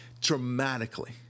dramatically